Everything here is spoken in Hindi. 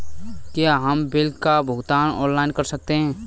क्या हम बिल का भुगतान ऑनलाइन कर सकते हैं?